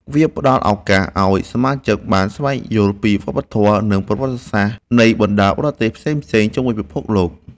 វាផ្ដល់ឱកាសឱ្យសមាជិកបានស្វែងយល់ពីវប្បធម៌ និងប្រវត្តិសាស្ត្រនៃបណ្ដាប្រទេសផ្សេងៗជុំវិញពិភពលោក។